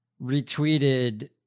retweeted